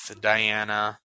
Diana